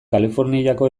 kaliforniako